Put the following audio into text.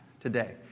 today